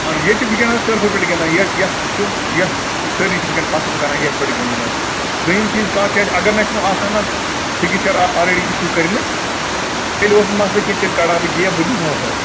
اَہن ییٚتہِ ونکٮ۪نس ٹٕرٕفہٕ پٮ۪ٹھِ گِنٛدان یہ یَتھ یِم یَتھ سٲری چھِ وٕنکٮ۪نَ پَسنٛد کَران یَتھ پٮ۪ٹھ گِنٛدُن حظ دویِم چیٖز کَتھ چھِ اَسہِ اگر نہ اَسہِ یِم آسان حظ فِکِسچَر آلریڈی اِشوٗ کٔرمٕتۍ تیٚلہِ اوس نہٕ مسلہٕ کینٛہہ تیٚلہِ کَڑٕہہ بہٕ گیپ بہٕ دِمہَو تۄہہِ